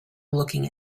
looking